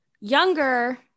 younger